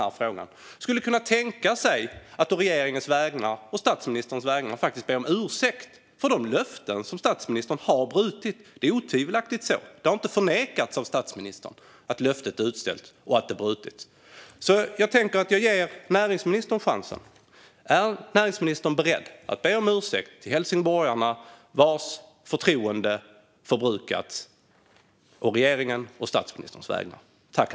Därför undrar jag om näringsministern skulle kunna tänka sig att å regeringens och statsministerns vägnar be om ursäkt för de löften som statsministern har brutit. Det är otvivelaktigt att löftet utställts och brutits. Det har inte förnekats av statsministern. Jag ger näringsministern chansen. Är näringsministern beredd att å regeringens och statsministerns vägnar be helsingborgarna, vars förtroende för regeringen förbrukats, om ursäkt?